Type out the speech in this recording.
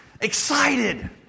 excited